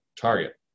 target